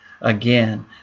again